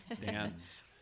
dance